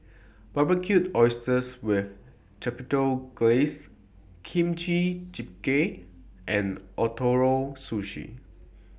Barbecued Oysters with Chipotle Glaze Kimchi Jjigae and Ootoro Sushi